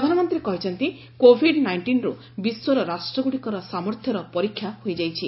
ପ୍ରଧାନମନ୍ତ୍ରୀ କହିଛନ୍ତି କୋଭିଡ୍ ନାଇଷ୍ଟିନ୍ରୁ ବିଶ୍ୱର ରାଷ୍ଟ୍ରଗୁଡ଼ିକର ସାମର୍ଥ୍ୟର ପରୀକ୍ଷା ହୋଇଯାଇଛି